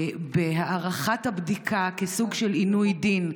בהארכת הבדיקה כסוג של עינוי דין,